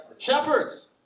Shepherds